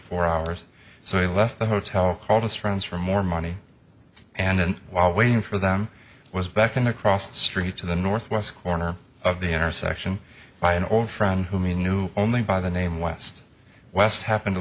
four hours so he left the hotel called his friends for more money and while waiting for them was beckoned across the street to the northwest corner of the intersection by an old friend whom you knew only by the name west west happen to